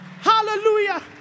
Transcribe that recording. Hallelujah